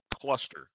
cluster